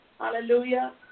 Hallelujah